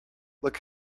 look